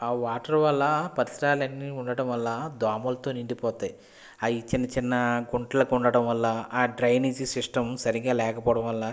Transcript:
ఆ వాటర్ వల్ల పరిసరాలన్నీ ఉండటం వల్ల దోమలతో నిండిపోతున్నాయి అవి చిన్న చిన్న గుంటలతో ఉండడం వల్ల ఆ డ్రైనేజీ సిస్టం సరిగ్గా లేకపోవడం వల్ల